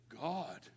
God